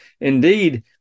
Indeed